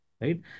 right